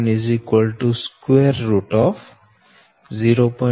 da3b1 0